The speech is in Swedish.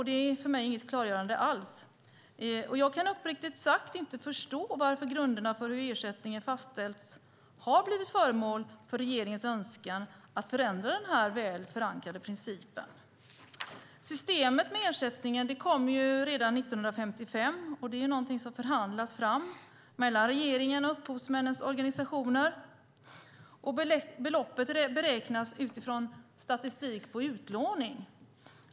Det är för mig inget klargörande alls. Jag kan uppriktigt sagt inte förstå varför den väl förankrade principen och grunderna för hur ersättningen fastställs har blivit föremål för regeringens önskan att förändra. Systemet med ersättningen kom redan 1955. Det är någonting som förhandlas fram mellan regeringen och upphovsmännens organisationer. Beloppet beräknas utifrån statistik på utlåning.